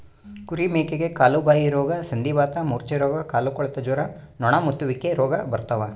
ಕುರಿ ಮೇಕೆಗೆ ಕಾಲುಬಾಯಿರೋಗ ಸಂಧಿವಾತ ಮೂರ್ಛೆರೋಗ ಕಾಲುಕೊಳೆತ ಜ್ವರ ನೊಣಮುತ್ತುವಿಕೆ ರೋಗ ಬರ್ತಾವ